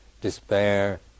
despair